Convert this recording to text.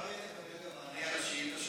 מענה על השאילתה שלי.